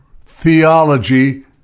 theology